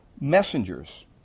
messengers